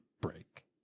break